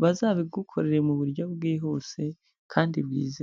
bazabigukorere mu buryo bwihuse kandi bwizewe.